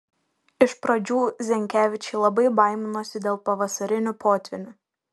iš pradžių zenkevičiai labai baiminosi dėl pavasarinių potvynių